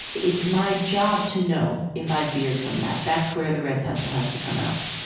it's my job to know if i've veered from that. that's where the red pencil has to come out